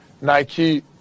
Nike